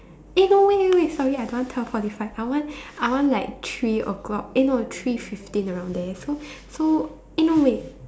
eh no wait wait wait sorry I don't want twelve forty five I want I want like three o-clock eh no three fifteen around there so so eh no wait